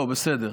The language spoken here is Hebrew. לא, בסדר.